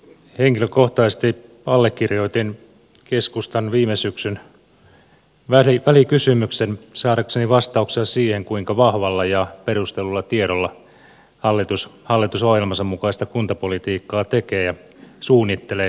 henkilökohtaisesti allekirjoitin keskustan viime syksyn välikysymyksen saadakseni vastauksen siihen kuinka vahvalla ja perustellulla tiedolla hallitus hallitusohjelmansa mukaista kuntapolitiikkaa tekee ja suunnittelee